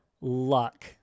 luck